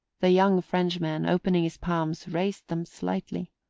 the young frenchman, opening his palms, raised them slightly,